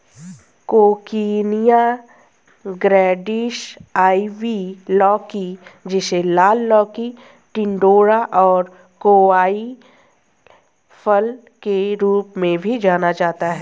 coccinia grandis, ivy लौकी, जिसे लाल लौकी, टिंडोरा और कोवाई फल के रूप में भी जाना जाता है